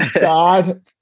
God